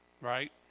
right